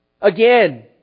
Again